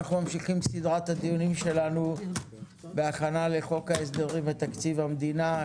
אנחנו ממשיכים בסדרת הדיונים שלנו בהכנה לחוק ההסדרים ותקציב המדינה.